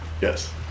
yes